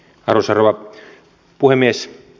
arvoisa rouva puhemies